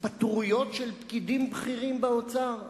התפטרויות של פקידים בכירים באוצר?